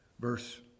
Verse